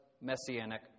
Messianic